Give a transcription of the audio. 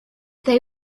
they